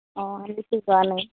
অঁ নাই